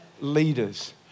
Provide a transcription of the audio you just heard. leaders